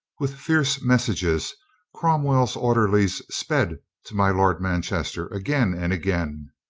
with fierce messages cromwell's orderlies sped to my lord manchester again and again.